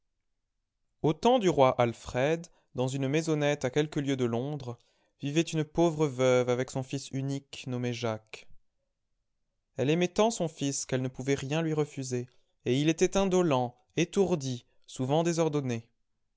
temps du roi alfred dans une maisonnette à quelques lieues de londres vivait une pauvre veuve avec son fils unique nommé jacques elle aimait tant son fils qu'elle ne pouvait rien lui refuser et il était indolent étourdi souvent désordonné